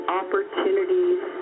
opportunities